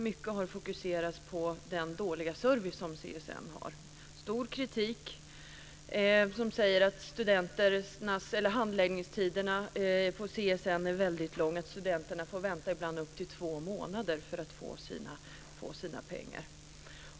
Mycket har fokuserats på CSN:s dåliga service - omfattande kritik som säger att handläggningstiderna är väldigt långa, att studenterna ibland får vänta i upp till två månader på att få sina pengar.